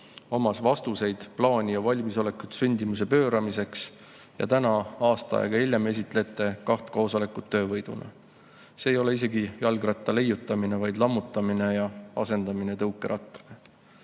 omas vastuseid, plaani ja valmisolekut sündimuse pööramiseks, ja täna, aasta aega hiljem esitlete kaht koosolekut töövõiduna. See ei ole isegi jalgratta leiutamine, vaid selle lammutamine ja asendamine tõukerattaga.